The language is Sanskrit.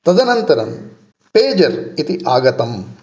तदनन्तरं पेजर् इति आगतम्